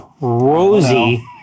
Rosie